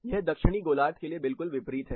यह दक्षिणी गोलार्ध के लिए बिल्कुल विपरीत है